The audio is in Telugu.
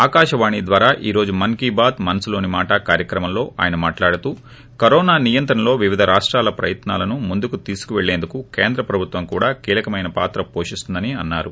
ఆకాశవాణి ద్వారా ఈ రోజు మన్ కీ బాత్ మనసులోని మాట కార్యక్రమంలో ఆయన మాట్లాడుతూ కరోనా నియంత్రణలో వివిధ రాష్టాల ప్రయత్నాలను ముందుకు తీసుకెళ్లేందుకు కేంద్ర ప్రభుత్వం కూడా కీలకమైన పాత్ర పోషిస్తుందని అన్నారు